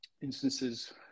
instances